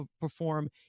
perform